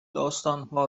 داستانها